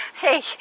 Hey